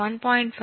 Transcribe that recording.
5 7